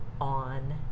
on